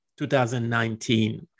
2019